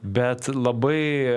bet labai